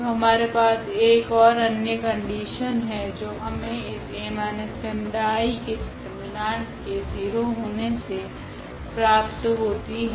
तो हमारे पास एक ओर अन्य कंडिशन है जो हमे इस 𝐴−𝜆𝐼 के डिटर्मिनांट के 0 होने से प्राप्त होते है